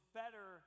better